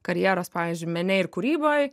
karjeros pavyzdžiui mene ir kūryboj